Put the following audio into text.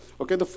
okay